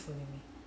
oh !wow!